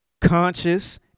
conscious